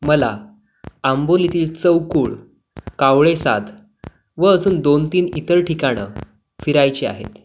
मला आंबोलीतील चौकूळ कावळेसाद व अजून दोनतीन इतर ठिकाणं फिरायची आहेत